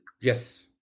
Yes